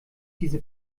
diese